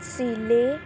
ਜ਼ਿਲ੍ਹੇ